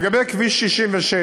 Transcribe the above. לגבי כביש 66,